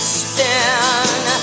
stand